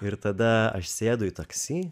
ir tada aš sėdu į taksi